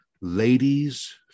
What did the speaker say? ladies